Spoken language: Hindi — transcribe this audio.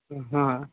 हाँ